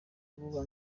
vuba